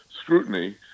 scrutiny